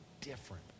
different